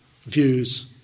views